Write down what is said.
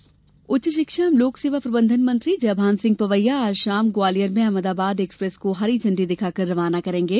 Ahmedabad express उच्च शिक्षा एवं लोकसेवा प्रबंधन मंत्री जयभान सिंह पवैया आज शाम ग्वालियर में अहमदाबाद एक्सप्रेस को हरी झंडी दिखाकर रवाना करेंगे